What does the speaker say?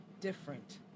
different